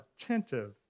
attentive